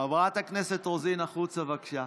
חברת הכנסת רוזין, החוצה, בבקשה.